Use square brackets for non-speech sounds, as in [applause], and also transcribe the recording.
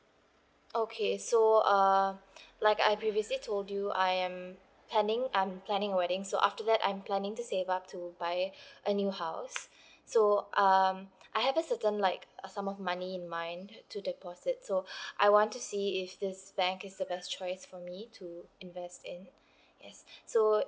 okay so uh [breath] like I previously told you I am planning I'm planning a wedding so after that I'm planning to save up to buy [breath] a new house [breath] so um I have a certain like a sum of money in mind to deposit so [breath] I want to see if this bank is the best choice for me to invest in yes [breath] so